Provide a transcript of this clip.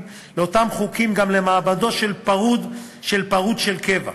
באותם חוקים גם למעמדו של פרוד של קבע,